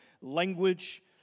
language